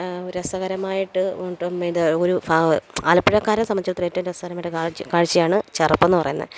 രസകരമായിട്ട് ട്ടും ഇത് ഒരു ഫാവ് ആലപ്പുഴക്കാരെ സംബന്ധിച്ച് ഏറ്റവും രസകരമായിട്ടുള്ള കാഴ്ച് കാഴ്ചയാണ് ചെറപ്പ് എന്നു പറയുന്നേ